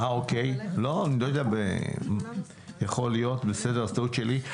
יכול להיות, בסדר, אז טעות שלי.